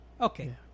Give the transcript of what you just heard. okay